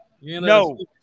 No